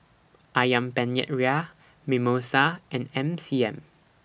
Ayam Penyet Ria Mimosa and M C M